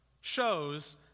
shows